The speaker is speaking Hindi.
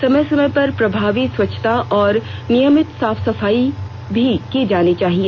समय समय पर प्रभावी स्वच्छता और नियमित साफ सफाई भी की जानी चाहिए